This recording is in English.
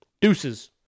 Deuces